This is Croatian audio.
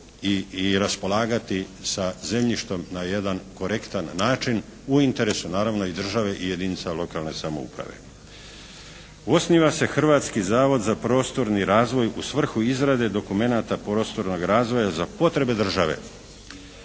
i raspolagati sa zemljištom na jedan korektan način u interesu naravno i države i jedinica lokalne samouprave. Osniva se Hrvatski zavod za prostorni razvoj u svrhu izrade dokumenata prostornog razvoja za potrebe države.